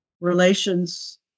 relations